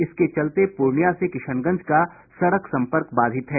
इसके चलते पूर्णियां से किशनगंज का सड़क सम्पर्क बाधित है